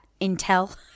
intel